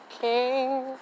King